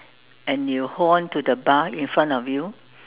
and you hold on to the bar in front of you